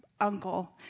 uncle